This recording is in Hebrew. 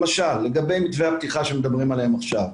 למשל לגבי מתווי הפתיחה שמדברים עליהם עכשיו,